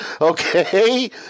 Okay